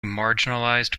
marginalized